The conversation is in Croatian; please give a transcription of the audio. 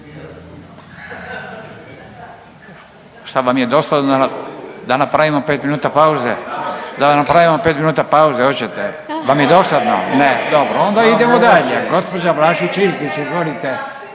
Šta vam je dosadno? Da napravimo 5 minuta pauze? Da napravimo 5 minuta pauze, hoćete? Vam je dosadno? Ne. Dobro. Onda idemo dalje.